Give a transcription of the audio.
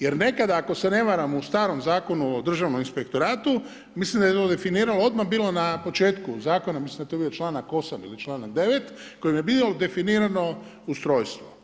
Jer nekada, ako se ne varamo u starom Zakonu o državnom inspektoratu, mislim je to definirano odmah bilo na početku Zakona, mislim da je to bio članak 8. ili članak 9. kojim je bilo definirano ustrojstvo.